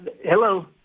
Hello